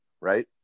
right